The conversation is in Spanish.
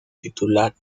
titular